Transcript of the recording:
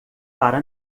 para